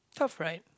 tough right